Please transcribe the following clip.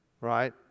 right